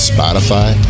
Spotify